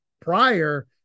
prior